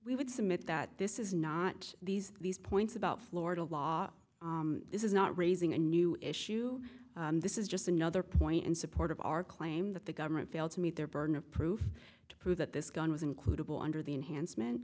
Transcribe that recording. we would submit that this is not these these points about florida law this is not raising a new issue this is just another point in support of our claim that the government failed to meet their burden of proof to prove that this gun was included under the enhancement